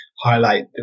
highlight